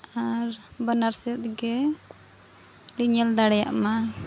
ᱟᱨ ᱵᱟᱱᱟᱨ ᱥᱮᱫ ᱜᱮᱞᱤᱧ ᱧᱮᱞ ᱫᱟᱲᱮᱭᱟᱜ ᱢᱟ